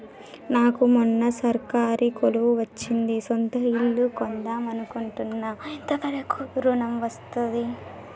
నాకు మొన్న సర్కారీ కొలువు వచ్చింది సొంత ఇల్లు కొన్దాం అనుకుంటున్నా ఎంత వరకు ఋణం వస్తది?